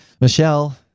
Michelle